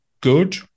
good